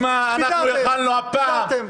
פיזרתם, פיזרתם.